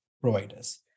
providers